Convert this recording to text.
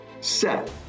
set